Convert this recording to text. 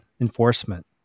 enforcement